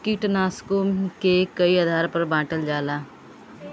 कीटनाशकों के कई आधार पर बांटल जाला